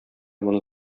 моны